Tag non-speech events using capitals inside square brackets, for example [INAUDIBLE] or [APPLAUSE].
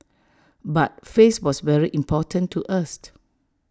but face was very important to us [NOISE]